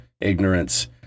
ignorance